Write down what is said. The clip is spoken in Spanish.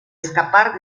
escapar